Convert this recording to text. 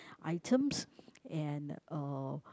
items and uh